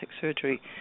Surgery